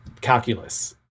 calculus